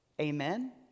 Amen